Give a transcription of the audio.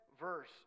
verse